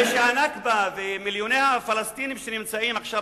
הרי ה"נכבה" ומיליוני הפלסטינים שנמצאים עכשיו